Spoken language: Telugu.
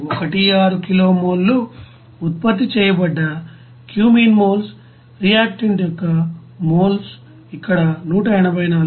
16 కిలో మోల్ లు ఉత్పత్తి చేయబడ్డ క్యూమీన్ మోల్స్ రియాక్టెంట్ యొక్క మోల్స్ ఇక్కడ 184